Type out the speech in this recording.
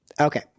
Okay